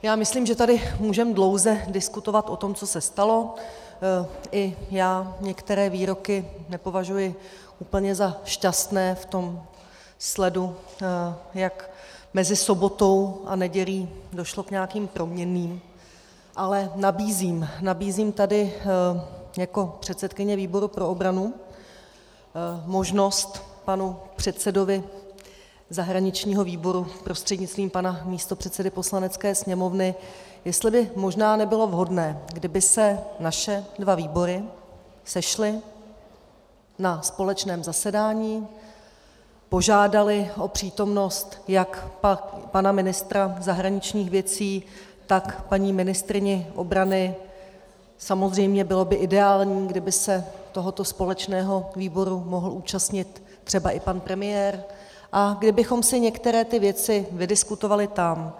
Já myslím, že tady můžeme dlouze diskutovat o tom, co se stalo, i já některé výroky nepovažuji úplně za šťastné v tom sledu, jak mezi sobotou a nedělí došlo k nějakým proměnným, ale nabízím tady jako předsedkyně výboru pro obranu možnost panu předsedovi zahraničního výboru prostřednictvím pana místopředsedy Poslanecké sněmovny, jestli by možná nebylo vhodné, kdyby se naše dva výbory sešly na společném zasedání, požádaly o přítomnost jak pana ministra zahraničních věcí, tak paní ministryně obrany, samozřejmě bylo by ideální, kdyby se tohoto společného výboru mohl účastnit třeba i pan premiér, a kde bychom si některé věci vydiskutovali tam.